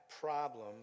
problem